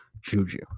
Juju